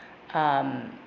um